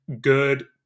good